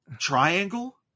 triangle